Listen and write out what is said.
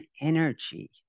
energy